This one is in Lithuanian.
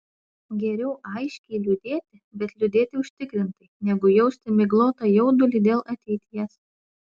geriau aiškiai liūdėti bet liūdėti užtikrintai negu jausti miglotą jaudulį dėl ateities